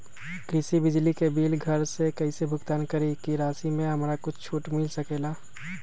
कृषि बिजली के बिल घर से कईसे भुगतान करी की राशि मे हमरा कुछ छूट मिल सकेले?